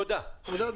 אני